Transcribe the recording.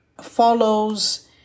follows